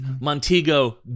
Montego